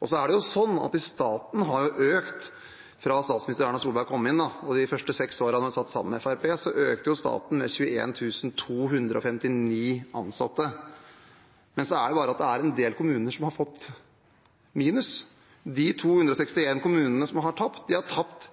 Det er sånn at staten har økt – fra statsminister Erna Solberg kom inn og de første seks årene hun satt sammen med Fremskrittspartiet, økte staten med 21 259 ansatte. Men det er bare det at det er en del kommuner som har gått i minus. De 261 kommunene som har tapt, har tapt